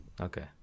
okay